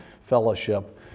fellowship